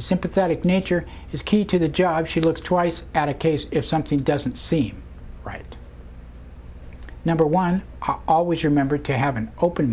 sympathetic nature is key to the job she looks twice at a case if something doesn't seem right number one always remember to have an open